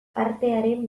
artearen